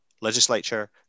Legislature